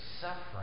suffering